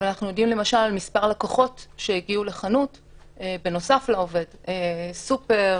אבל אנחנו יודעים למשל על מספר לקוחות שהגיעו לחנות בנוסף לעובד סופר,